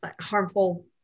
harmful